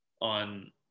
on